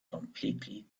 completely